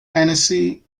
annecy